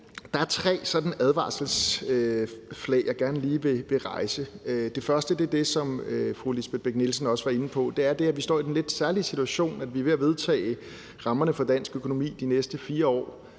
Der er tre advarselsflag, jeg gerne lige vil hejse. Det første er det, som fru Lisbeth Bech-Nielsen også var inde på, og det er, at vi står i den lidt særlige situation, at vi er ved at vedtage rammerne for dansk økonomi de næste 4 år,